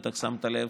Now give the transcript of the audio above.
בטח שמת לב,